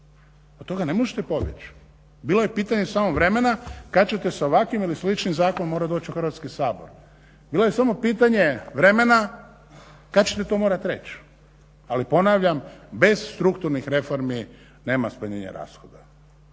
od toga ne možete pobjeći. Bilo je pitanje samo vremena kad ćete sa ovakvim ili sličnim zakonom morati doći u Hrvatski sabor. Bilo je samo pitanje vremena kad ćete to morati reći. Ali ponavljam bez strukturnih reformi nema smanjenja rashoda.